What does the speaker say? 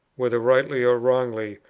whether rightly or wrongly,